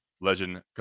Legend